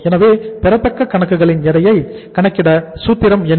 எனவே பெறத்தக்க கணக்குகளின் எடையை கணக்கிட சூத்திரம் என்ன